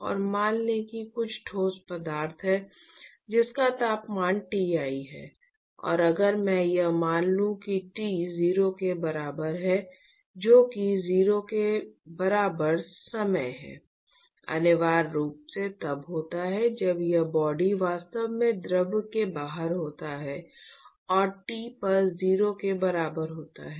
और मान लें कि कुछ ठोस पदार्थ है जिसका तापमान Ti है और अगर मैं यह मान लूं कि t 0 के बराबर है जो कि 0 के बराबर समय है अनिवार्य रूप से तब होता है जब यह बॉडी वास्तव में द्रव के बाहर होता है और T पर 0 के बराबर होता है